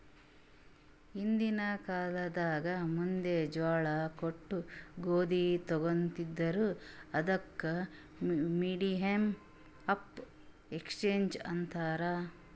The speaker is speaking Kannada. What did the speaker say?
ಹಿಂದಿನ್ ಕಾಲ್ನಾಗ್ ಮಂದಿ ಜ್ವಾಳಾ ಕೊಟ್ಟು ಗೋದಿ ತೊಗೋತಿದ್ರು, ಅದಕ್ ಮೀಡಿಯಮ್ ಆಫ್ ಎಕ್ಸ್ಚೇಂಜ್ ಅಂತಾರ್